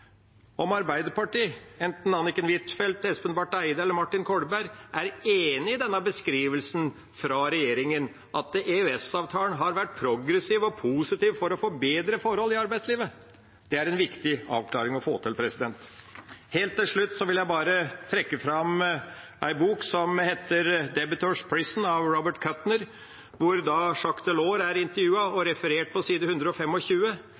om Arbeiderpartiet – jeg ser nå at det er få representanten igjen her, men det er vel noen – enten Anniken Huitfeldt, Espen Barth Eide eller Martin Kolberg, er enig i denne beskrivelsen fra regjeringa, at EØS-avtalen har vært progressiv og positiv for å få bedre forhold i arbeidslivet. Det er en viktig avklaring å få. Helt til slutt vil jeg trekke fram en bok som heter «Debtors' Prison», av Robert Kuttner, hvor Jacques Delors er intervjuet og